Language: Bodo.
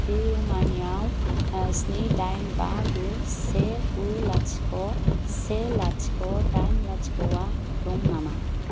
पेइउमानिआव स्नि दाइन बा गु से गु लाथिख' से लाथिख' दाइन लाथिख'आ दं नामा